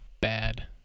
bad